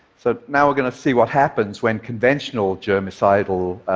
so now we're going to see what happens when conventional, germicidal,